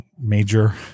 major